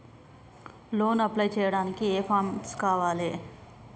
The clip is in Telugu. లోన్ అప్లై చేయడానికి ఏం ఏం ఫామ్స్ కావాలే?